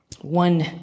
One